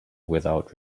without